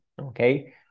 okay